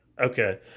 Okay